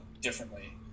differently